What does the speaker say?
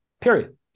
period